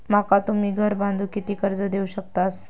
माका तुम्ही घर बांधूक किती कर्ज देवू शकतास?